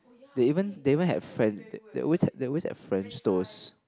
they even they even had french they they always have they always have French toast